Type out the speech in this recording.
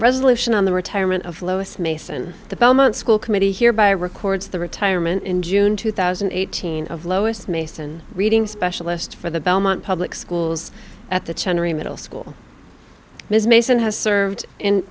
resolution on the retirement of lois mason the belmont school committee here by records the retirement in june two thousand and eighteen of lois mason reading specialist for the belmont public schools at the chandler a middle school ms mason has served